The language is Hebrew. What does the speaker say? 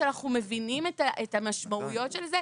כשאנחנו מבינים את המשמעויות של זה?